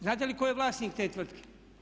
Znate li tko je vlasnik te tvrtke?